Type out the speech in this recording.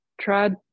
tried